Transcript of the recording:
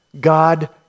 God